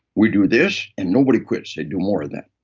we do this, and nobody quits. they do more of that.